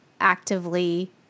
actively